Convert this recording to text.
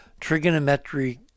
trigonometric